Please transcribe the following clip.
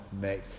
make